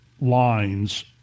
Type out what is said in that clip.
lines